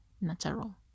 natural